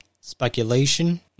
speculation